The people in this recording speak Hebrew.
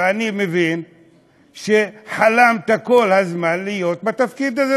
ואני מבין שחלמת כל הזמן להיות בתפקיד הזה,